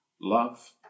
Love